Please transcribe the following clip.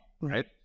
Right